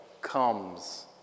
comes